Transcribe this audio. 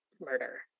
murder